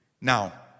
Now